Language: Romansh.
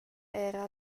era